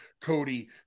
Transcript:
Cody